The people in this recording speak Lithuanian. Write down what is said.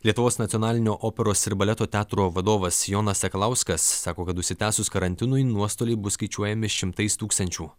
lietuvos nacionalinio operos ir baleto teatro vadovas jonas sakalauskas sako kad užsitęsus karantinui nuostoliai bus skaičiuojami šimtais tūkstančių